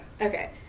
Okay